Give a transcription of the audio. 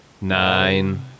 nine